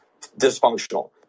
dysfunctional